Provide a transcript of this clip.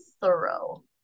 thorough